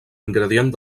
ingredient